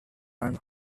and